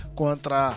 contra